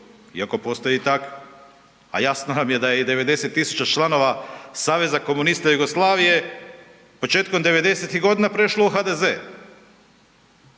iako postoje i takvi, a jasno nam je 90 000 članova Saveza komunista Jugoslavije početkom 90-ih godina prešla u HDZ.